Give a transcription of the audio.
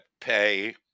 pay